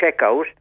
checkout